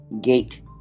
Gate